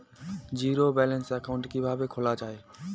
Zero balance account কিভাবে খোলা হয়?